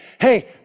Hey